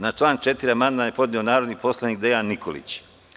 Na član 4. amandman je podneo narodni poslanik Dejan Nikolić.